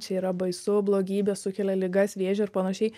čia yra baisu blogybė sukelia ligas vėžį ir panašiai